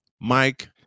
Mike